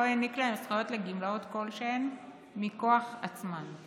לא העניק להן זכויות לגמלאות כלשהן מכוח עצמן.